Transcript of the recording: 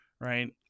Right